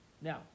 Now